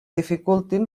dificultin